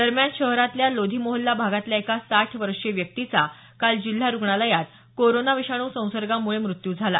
दरम्यान शहरातल्या लोधीमोहल्ला भागातल्या एका साठ वर्षीय व्यक्तीचा काल जिल्हा रुग्णालयात कोरोना विषाणू संसर्गामुळे मृत्यू झाला